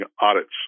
audits